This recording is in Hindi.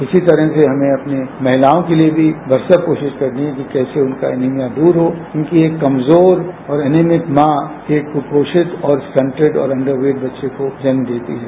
इसी तरह से हम अपनी महिलाओं के लिए भी भरसक कोशिश करनी है कि कैसे उनका एनिमिया दूर हो क्योंकि एक कमजोर और एनिमिक मां एक कुपोषित और स्टंटेड और अंडरवेट बच्चे को जन्म देती है